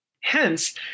Hence